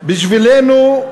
בשבילנו,